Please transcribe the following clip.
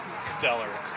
stellar